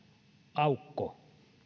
aukko